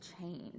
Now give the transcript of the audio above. change